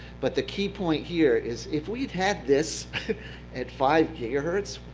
but the key point here is, if we had had this at five gigahertz,